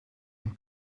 een